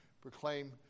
proclaim